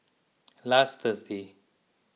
last Thursday